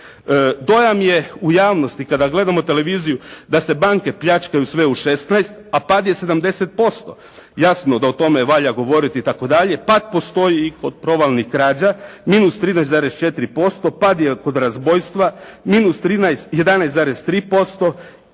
Dojam je u javnosti kada gledamo televiziju da se banke pljačkaju sve u 16 a pad je 70%. Jasno da o tome valja govoriti i tako dalje. Pad postoji i kod provalnih krađa. Minus 13,4%. Pad je kod razbojstva minus 13,